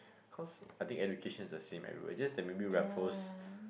cause I think education is the same everywhere just that maybe Raffles